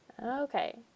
Okay